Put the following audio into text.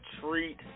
treat